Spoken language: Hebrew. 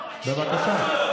בבקשה.